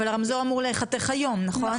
אבל הרמזור אמור להיחתך היום, נכון?